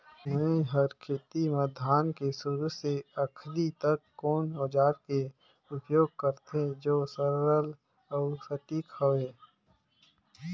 मै हर खेती म धान के शुरू से आखिरी तक कोन औजार के उपयोग करते जो सरल अउ सटीक हवे?